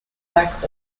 black